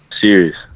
Serious